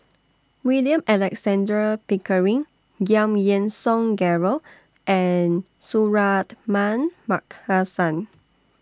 William Alexander Pickering Giam Yean Song Gerald and Suratman Markasan